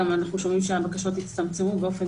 גם אנחנו שומעים שהבקשות הצטמצמו באופן